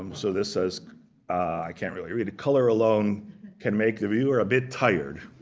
um so this says i can't really read it color alone can make the viewer a bit tired.